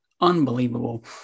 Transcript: unbelievable